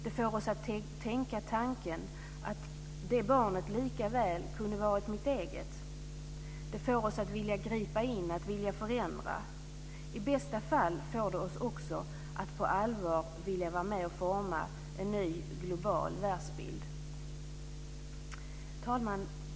Det får oss att tänka tanken att det barnet likaväl kunde ha varit vårt eget. Det får oss att vilja gripa in och förändra. I bästa fall får det oss också att på allvar vilja vara med och forma en ny global världsbild. Fru talman!